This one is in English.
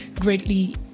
greatly